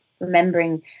remembering